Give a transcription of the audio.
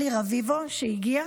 וכמובן, אלי רביבו, שהגיע,